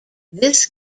this